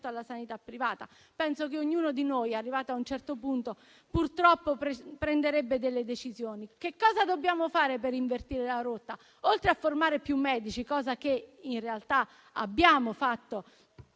alla sanità privata. Penso che ognuno di noi, arrivato a un certo punto, purtroppo prenderebbe delle decisioni. Cosa dobbiamo fare per invertire la rotta, oltre a formare più medici, cosa che, in realtà, abbiamo fatto